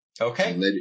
Okay